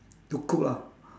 to cook lah